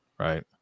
Right